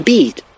Beat